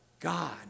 God